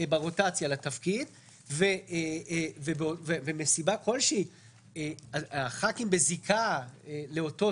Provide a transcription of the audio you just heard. ברוטציה לתפקיד ובשל סיבה כלשהי הח"כים בזיקה לאותו